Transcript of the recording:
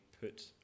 put